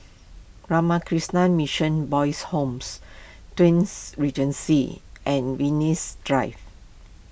Ramakrishna Mission Boys' Homes Twins Regency and Venus Drive